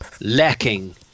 lacking